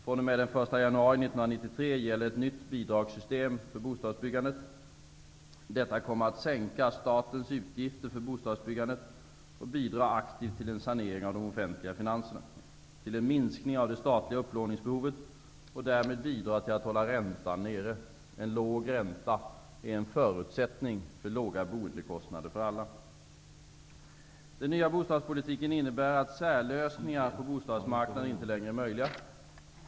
fr.o.m. den 1 januari 1993 gäller ett nytt bidragssystem för bostadsbyggandet. Det kommer att sänka statens utgifter för bostadsbyggandet, bidra aktivt till en sanering av de offentliga finanserna och till en minskning av det statliga upplåningsbehovet och därmed bidra till att hålla räntan nere. En låg ränta är en förutsättning för låga boendekostnader för alla. Den nya bostadspolitiken innebär att särlösningar för bostadsmarknaden inte längre är möjliga.